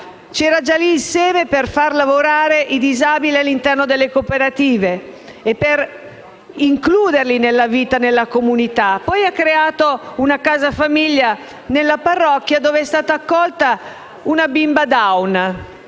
c'era il seme per far lavorare i disabili all'interno delle cooperative e per includerli nella vita della comunità. Poi ha creato una casa famiglia nella parrocchia, dove è stata accolta una bimba *down*,